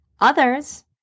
others